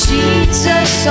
Jesus